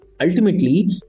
Ultimately